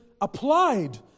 applied